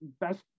Best